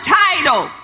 title